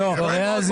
כאן סעיף